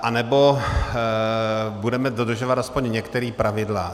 Anebo budeme dodržovat aspoň některá pravidla.